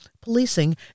policing